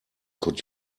could